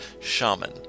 Shaman